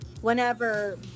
whenever